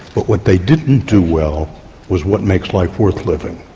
what what they didn't do well was what makes life worth living,